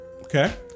Okay